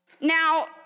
Now